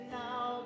now